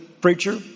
preacher